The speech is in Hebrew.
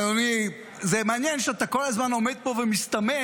אדוני, זה מעניין שאתה כל הזמן עומד פה ומסתמך